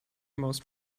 most